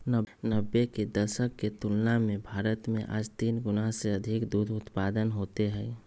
नब्बे के दशक के तुलना में भारत में आज तीन गुणा से अधिक दूध उत्पादन होते हई